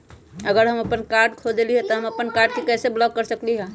अगर हम अपन कार्ड खो देली ह त हम अपन कार्ड के कैसे ब्लॉक कर सकली ह?